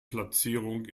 platzierung